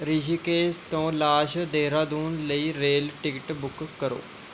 ਰਿਸ਼ੀਕੇਸ਼ ਤੋਂ ਲਾਸ਼ ਦੇਹਰਾਦੂਨ ਲਈ ਰੇਲ ਟਿਕਟ ਬੁੱਕ ਕਰੋ